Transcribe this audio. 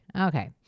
Okay